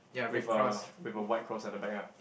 with a with a white cross at the back ah